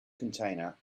container